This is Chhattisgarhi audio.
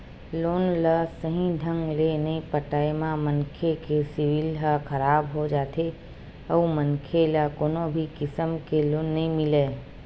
लोन ल सहीं ढंग ले नइ पटाए म मनखे के सिविल ह खराब हो जाथे अउ मनखे ल कोनो भी किसम के लोन नइ मिलय